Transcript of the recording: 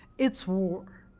it's war.